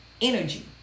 energy